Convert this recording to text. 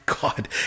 God